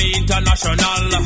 international